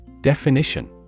Definition